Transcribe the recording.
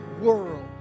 world